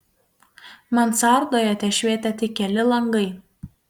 mansardoje tešvietė tik keli langai